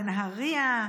בנהריה,